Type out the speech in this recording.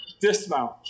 dismount